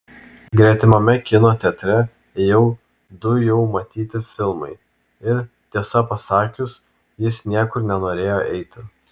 gretimame kino teatre ėjo du jau matyti filmai ir tiesą pasakius jis niekur nenorėjo eiti